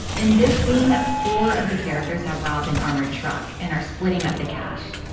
in this scene, four of the characters have robbed an armored truck and are splitting up the cash.